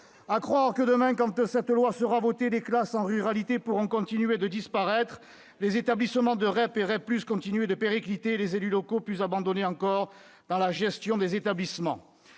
À croire que, demain, quand cette loi sera votée, les classes en ruralité pourront continuer de disparaître, et les établissements de REP et REP+ continuer de péricliter. Quant aux élus locaux, ils seront plus abandonnés encore dans la gestion des établissements.